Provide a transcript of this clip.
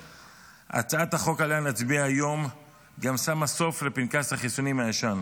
הצעת החוק שעליה נצביע היום גם שמה סוף לפנקס החיסונים הישן,